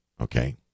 okay